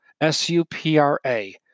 S-U-P-R-A